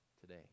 today